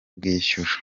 bwishyura